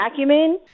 vacuuming